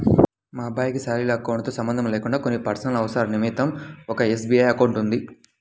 మా అబ్బాయికి salary account తో సంబంధం లేకుండా కొన్ని పర్సనల్ అవసరాల నిమిత్తం ఒక ఎస్.బీ.ఐ అకౌంట్ ఉంది